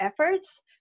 efforts